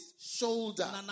shoulder